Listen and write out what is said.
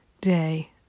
day